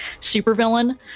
supervillain